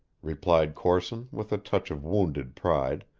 replied corson with a touch of wounded pride.